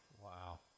Wow